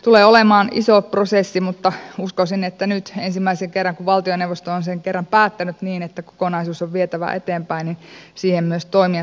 tulee olemaan iso prosessi mutta uskoisin että nyt ensimmäisen kerran kun valtioneuvosto on sen kerran päättänyt niin että kokonaisuus on vietävä eteenpäin niin siihen myös toimijat sitoutuvat